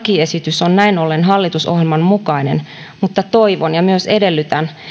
lakiesitys on näin ollen hallitusohjelman mukainen mutta toivon ja myös edellytän